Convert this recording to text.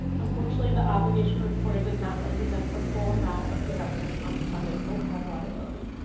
unfortunately the obligation reported does not represent the full amount of the government's unfunded opeb liability.